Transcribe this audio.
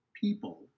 people